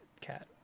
cat